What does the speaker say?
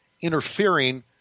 interfering